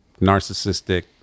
narcissistic